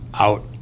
out